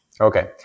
Okay